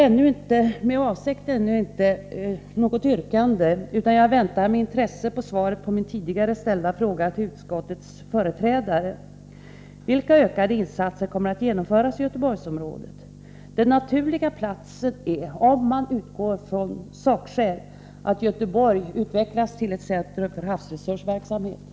Jag har med avsikt ännu inte ställt något yrkande, utan jag väntar med intresse på svaret på min tidigare ställda fråga till utskottets företrädare: Vilka ökade insatser kommer att genomföras i Göteborgsområdet? Den naturliga platsen för ett centrum för havsresursverksamhet är — om man utgår från sakskäl — Göteborg.